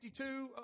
52